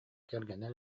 кэргэнэ